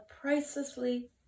pricelessly